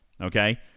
Okay